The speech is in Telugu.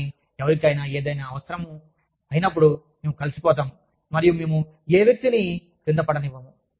కానీ ఎవరికైనా ఏదైనా అవసరమైనప్పుడు మేము కలిసిపోతాము మరియు మేము ఏ వ్యక్తిని క్రింద పడనివ్వము